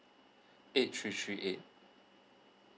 eight three three eight